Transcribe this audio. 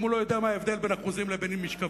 אם הוא לא יודע מה ההבדל בין אחוזים לבין משקפיים,